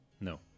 No